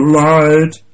light